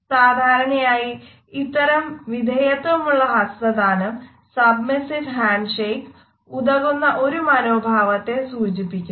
സാധാരണയായി ഇത്തരം വിധേയത്വമുള്ള ഹസ്തദാനം ഉതകുന്ന ഒരു മനോഭാവത്തെ സൂചിപ്പിക്കുന്നു